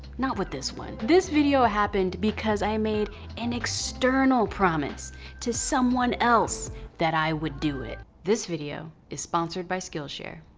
not with this one. this video happened because i made an external promise to someone else that i would do it. this video is sponsored by skillshare.